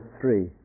three